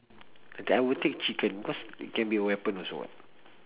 okay I would take chicken because it can be a weapon also [what]